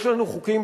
יש לנו חוקים,